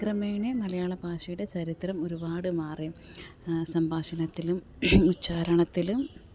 കാലക്രമേണ മലയാള ഭാഷയുടെ ചരിത്രം ഒരുപാട് മാറി സംഭാഷണത്തിലും ഉച്ചാരണത്തിലും